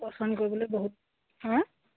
পচন্দ কৰিবলৈ বহুত হা